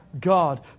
God